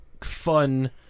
fun